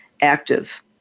active